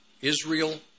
Israel